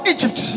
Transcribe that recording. Egypt